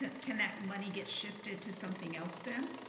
ah can that money get shifted to something else then?